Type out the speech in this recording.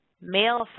Male